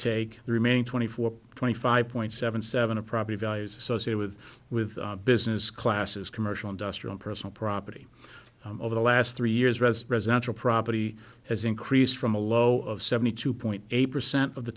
take the remaining twenty four twenty five point seven seven a property values associated with business classes commercial industrial personal property over the last three years rez residential property has increased from a low of seventy two point eight percent of the